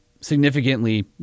significantly